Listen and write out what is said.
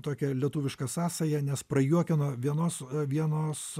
tokia lietuviška sąsaja nes prajuokino vienos vienos